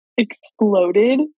exploded